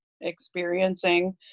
experiencing